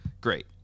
Great